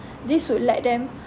this would let them